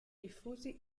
diffusi